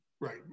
Right